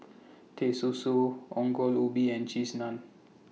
Teh Susu Ongol Ubi and Cheese Naan